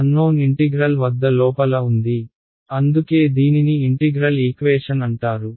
unknown integral వద్ద లోపల ఉంది అందుకే దీనిని ఇంటిగ్రల్ ఈక్వేషన్ అంటారు